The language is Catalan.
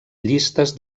llistes